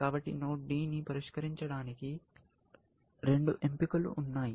కాబట్టినోడ్ D ని పరిష్కరించడానికి రెండు ఎంపికలు ఉన్నాయి